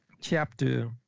chapter